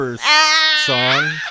song